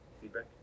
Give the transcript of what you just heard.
Feedback